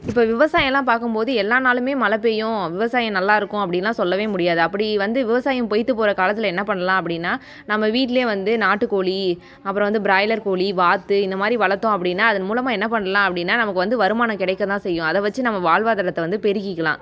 இப்போ விவசாயெலாம் பார்க்கும் போது எல்லா நாளுமே மழை பெய்யும் விவசாயம் நல்லாயிருக்கும் அப்படின்னுலாம் சொல்லவே முடியாது அப்படி வந்து விவசாயம் பொய்த்து போகிற காலத்தில் என்ன பண்ணலாம் அப்படின்னால் நம்ம வீட்டிலயே வந்து நாட்டு கோழி அப்புறம் வந்து பிராய்லர் கோழி வாத்து இந்த மாதிரி வளர்த்தோம் அப்படின்னால் அதன் மூலமாக என்ன பண்ணலாம் அப்படின்னால் நமக்கு வந்து வருமானம் கிடைக்கதான் செய்யும் அதை வைச்சு நம்ம வாழ்வாதாரத்தை வந்து பெருக்கிக்கலாம்